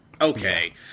Okay